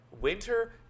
Winter